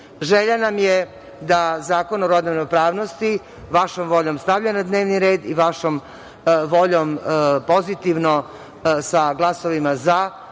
nam je da Zakon o rodnoj ravnopravnosti vašom voljom stavlja na dnevni red i vašom voljom pozitivno sa glasovima „za“